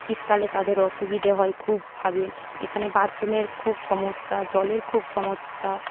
শীতকালে তাদের অসুবিধে হয় খুব ভাবে এখানে বাথরুমের খুব সমস্যা জলের খুব সমস্যা